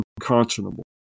unconscionable